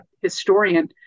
historian